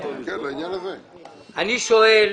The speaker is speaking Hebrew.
אני שואל